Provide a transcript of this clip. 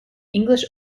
english